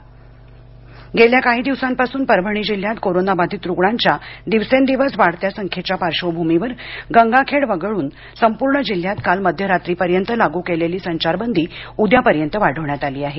परभणी गेल्या काही दिवसांपासून परभणी जिल्ह्यात कोरोनाबाधित रुग्णांच्या दिवसेदिवस वाढत्या संख्येच्या पार्श्वभूमीवर गंगाखेड वगळून संपूर्ण जिल्ह्यात काल मध्यरात्री पर्यंत लागू केलेली संचारबंदी उद्या पर्यंत वाढवण्यात आली आहे